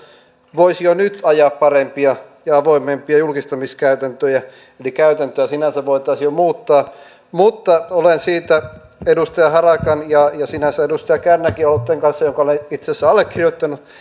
voisi jo nyt ajaa parempia ja avoimempia julkistamiskäytäntöjä eli käytäntöjä sinänsä voitaisiin jo muuttaa mutta olen siitä edustaja harakan kanssa ja sinänsä edustaja kärnänkin aloitteen kanssa jonka olen itse asiassa allekirjoittanut